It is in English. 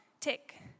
tick